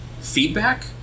feedback